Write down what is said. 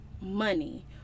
money